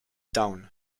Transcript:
town